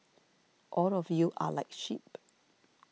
all of you are like sheep